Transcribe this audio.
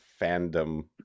fandom